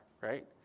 right